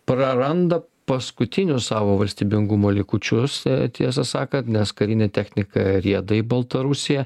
praranda paskutinius savo valstybingumo likučius tiesą sakant nes karinė technika rieda į baltarusiją